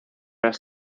las